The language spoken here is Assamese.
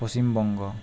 পশ্চিমবংগ